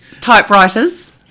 Typewriters